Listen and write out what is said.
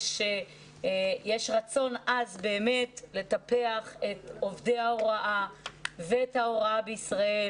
יש רצון עז לטפח את עובדי ההוראה ואת ההוראה בישראל